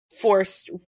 forced